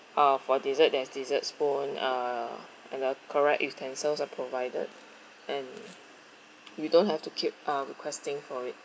uh for dessert there's dessert spoon uh and the correct utensils are provided and you don't have to keep uh requesting for it